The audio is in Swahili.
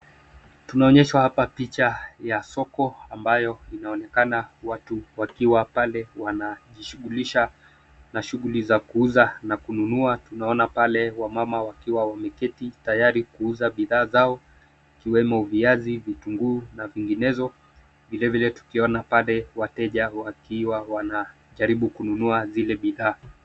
Tunaonyeshwa hapa picha ya soko ambayo inaonekana watu wakiwa pale wanajishugulisha na shuguli za kuuza na kununua. Tunaona pale wamama wakiwa wameketi tayari kuuza bidhaa zao ikiwemo viazi, vitunguu na vinginezo, vilevile tukiona pale wateja wakiwa wanajaribu kununua zile bidhaa.